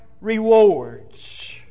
rewards